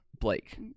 Blake